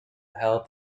held